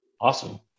Awesome